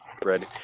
bread